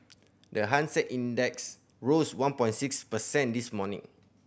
the Hang Seng Index rose one point six percent this morning